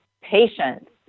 patients